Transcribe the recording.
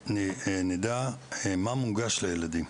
שנדע מה מונגש לילדים,